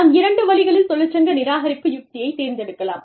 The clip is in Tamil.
நாம் இரண்டு வழிகளில் தொழிற்சங்க நிராகரிப்பு யுக்தியை தேர்ந்தெடுக்கலாம்